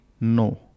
No